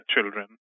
children